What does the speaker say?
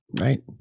right